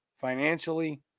Financially